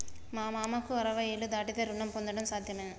మా మామకు అరవై ఏళ్లు దాటితే రుణం పొందడం సాధ్యమేనా?